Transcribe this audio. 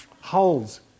holes